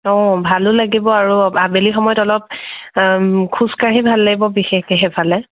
অঁ ভালো লাগিব আৰু আবেলি সময়ত অলপ খোজকাঢ়ি ভাল লাগিব বিশেষকৈ সেইফালে